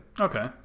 okay